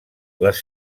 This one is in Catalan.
les